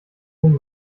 nun